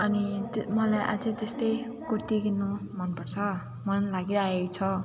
अनि मलाई आजै त्यस्तै कुर्ती किन्नु मन पर्छ मन लागिरहेको छ